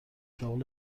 شغل